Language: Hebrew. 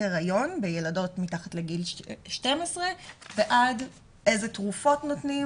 היריון בילדות מתחת לגיל 12 ועד איזה תרופות נותנים